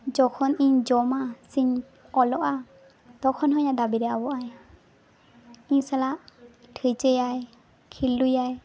ᱡᱚᱠᱷᱚᱱᱤᱧ ᱡᱚᱢᱟ ᱥᱮᱧ ᱚᱞᱚᱜᱼᱟ ᱛᱚᱠᱷᱚᱱ ᱦᱚᱸ ᱤᱧᱟᱹᱜ ᱫᱟᱹᱵᱤ ᱨᱮ ᱟᱵᱚᱜᱼᱟᱭ ᱤᱧ ᱥᱟᱞᱟᱜ ᱴᱷᱟᱹᱭᱪᱟᱹᱭᱟᱭ ᱠᱷᱤᱞᱰᱩᱭᱟᱭ